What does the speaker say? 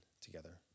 together